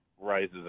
rises